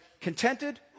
contented